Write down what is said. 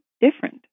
different